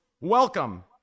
Welcome